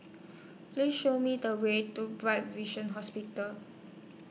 Please Show Me The Way to Bright Vision Hospital